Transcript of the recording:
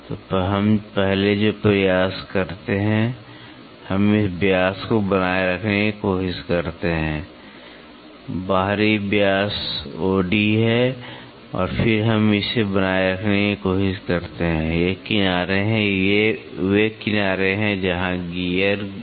तो हम पहले जो प्रयास करते हैं हम इस व्यास को बनाए रखने की कोशिश करते हैं बाहरी व्यास OD और फिर हम इसे बनाए रखने की कोशिश करते हैं ये किनारे हैं ये वे किनारे हैं जहां गियर हैं